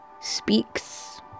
speaks